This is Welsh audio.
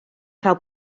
gael